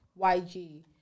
YG